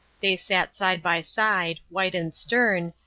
they sat side by side, white and stern,